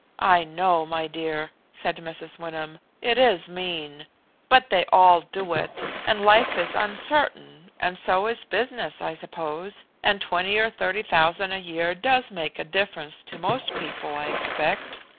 i know, my dear, said mrs. wyndham, it is mean but they all do it, and life is uncertain, and so is business i suppose, and twenty or thirty thousand a year does make a difference to most people, i expect.